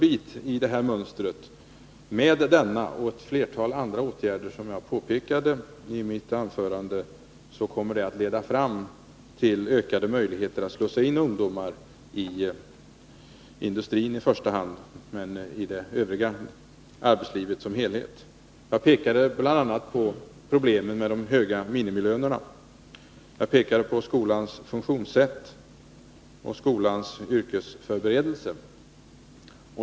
Denna och ett flertal andra åtgärder som jag har pekat på i mitt anförande är viktiga pusselbitar i detta mönster, och ett genomförande av dem kommer att leda fram till ökade möjligheter att slussa in ungdomar i första hand i industrin men också i det övriga arbetslivet. Jag pekade på problemet med höga minimilöner, jag pekade på skolans funktionssätt och skolans yrkesförberedelser.